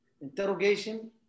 interrogation